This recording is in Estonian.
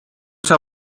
usa